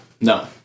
No